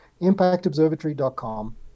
impactobservatory.com